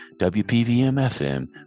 WPVM-FM